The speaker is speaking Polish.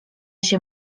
się